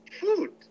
food